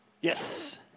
Yes